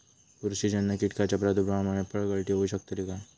बुरशीजन्य कीटकाच्या प्रादुर्भावामूळे फळगळती होऊ शकतली काय?